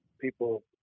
people